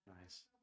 Nice